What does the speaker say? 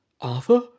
Arthur